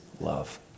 love